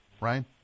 right